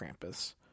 Krampus